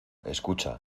escucha